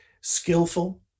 skillful